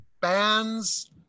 bands